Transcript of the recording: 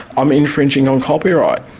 i'm infringing on copyright.